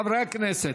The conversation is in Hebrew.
חברי הכנסת,